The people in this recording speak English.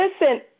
Listen